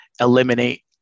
eliminate